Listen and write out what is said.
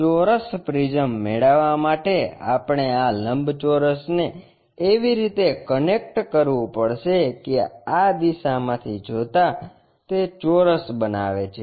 ચોરસ પ્રિઝમ મેળવવા માટે આપણે આ લંબચોરસને એવી રીતે કનેક્ટ કરવું પડશે કે આ દિશામાંથી જોતા તે ચોરસ બનાવે છે